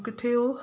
किथे हुओ